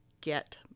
get